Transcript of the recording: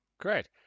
Great